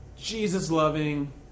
Jesus-loving